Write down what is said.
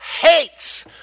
hates